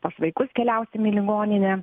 pas vaikus keliausim į ligoninę